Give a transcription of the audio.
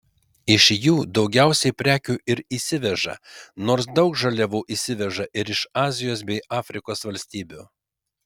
iš jų daugiausiai prekių ir įsiveža nors daug žaliavų įsiveža ir iš azijos bei afrikos valstybių